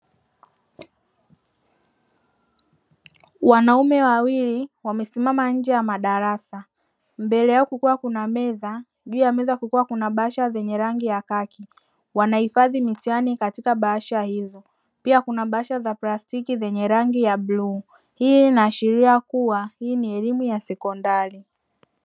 Wanaume wawili wamesimama nje ya madarasa mbele yao kukiwa kuna meza, juu ya meza kukiwa kuna bahasha zenye rangi ya khaki, wanahifadhi mitihani katika bahasha hizo pia kuna bahasha za plastiki zenye rangi ya bluu; hii inaashiria kuwa hii ni elimu ya sekondari.